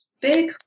big